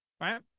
Right